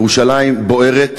ירושלים בוערת,